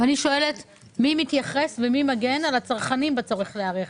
ואני שואלת מי מתייחס ומי מגן על הצרכנים בצורך להיערך,